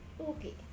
okay